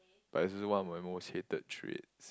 but is also one of my most hated traits